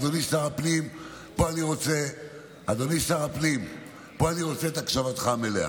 אדוני שר הפנים, פה אני רוצה את הקשבתך המלאה.